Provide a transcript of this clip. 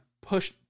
push